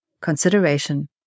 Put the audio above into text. consideration